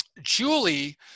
Julie